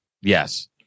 Yes